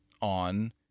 on